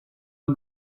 are